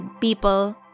people